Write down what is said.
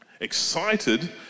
Excited